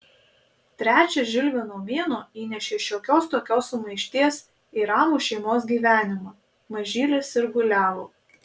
trečias žilvino mėnuo įnešė šiokios tokios sumaišties į ramų šeimos gyvenimą mažylis sirguliavo